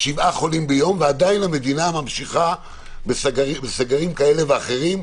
ועדיין המדינה ממשיכה בסגרים כאלה ואחרים.